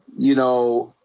you know,